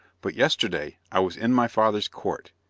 but yesterday, i was in my father's court,